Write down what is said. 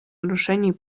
нарушений